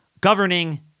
governing